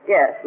Yes